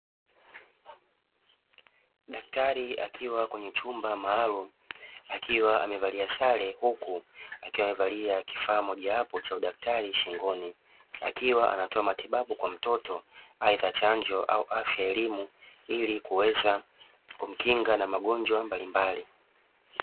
Daktari akiwa kwenye chumba maalumu akiwa amevaa sare na kifaa kimojawapo cha udaktari shingoni; akiwa anatoa matibabu kwa mtoto aidha chanjo au elimu ya afya ili kuweza kumkinga na magonjwa mbalimbali.